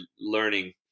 learning